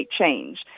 change